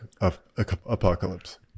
apocalypse